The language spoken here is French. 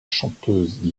chanteuse